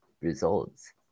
results